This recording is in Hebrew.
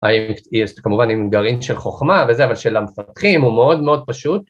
כמובן עם גרעין של חוכמה וזה, אבל של המפתחים הוא מאוד מאוד פשוט.